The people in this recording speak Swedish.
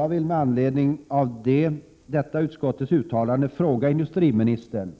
Jag vill med anledning av detta utskottets uttalande fråga industriministern: